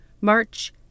March